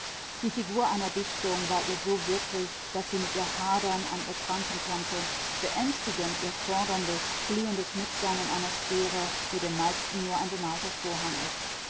die figur einer dichtung war ihr so wirklich daß sie mit ihr hadern an ihr kranken konnte beängstigend ihr forderndes glühendes mitsein in einer sphäre die den meisten nur ein bemalter vorhang ist